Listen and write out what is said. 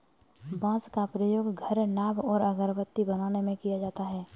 बांस का प्रयोग घर, नाव और अगरबत्ती बनाने में किया जाता है